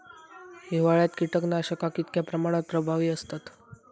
हिवाळ्यात कीटकनाशका कीतक्या प्रमाणात प्रभावी असतत?